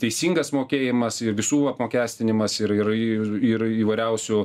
teisingas mokėjimas ir visų apmokestinimas ir ir ir įvairiausių